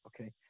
Okay